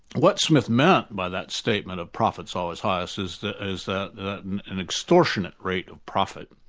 what smith meant by that statement of profits always highest is that is that an an extortionate rate of profit,